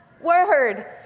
word